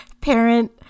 parent